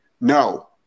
No